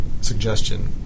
suggestion